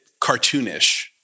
cartoonish